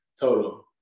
Total